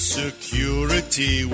security